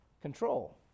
Control